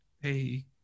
hey